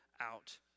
out